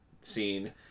scene